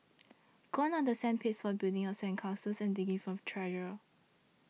gone are the sand pits for building up sand castles and digging for treasure